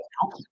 help